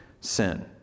sin